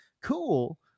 Cool